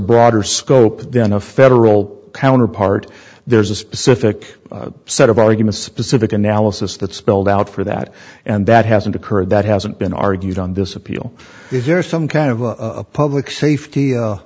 broader scope then a federal counterpart there's a specific set of arguments specific analysis that spelled out for that and that hasn't occurred that hasn't been argued on this appeal if there is some kind of a public safety